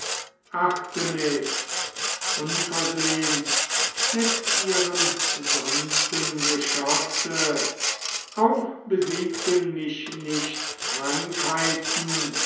artemis unversehens mit ihrem sanften geschosse auch besiegten mich nicht krankheiten